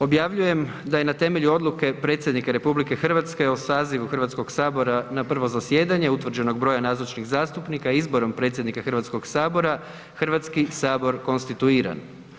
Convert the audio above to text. Objavljujem da je na temelju Odluke predsjednika RH o sazivu Hrvatskog sabora na prvo zasjedanje utvrđenog broja nazočnih zastupnika i izborom predsjednika Hrvatskog sabora, Hrvatski sabor konstituiran.